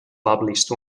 published